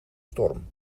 storm